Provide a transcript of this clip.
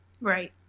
Right